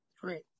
Great